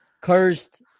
Cursed